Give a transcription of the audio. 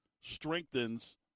strengthens